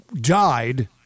died